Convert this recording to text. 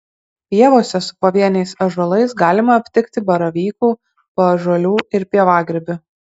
pievose su pavieniais ąžuolais galima aptikti baravykų paąžuolių ir pievagrybių